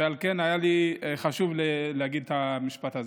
ועל כן, היה לי חשוב להגיד את המשפט הזה.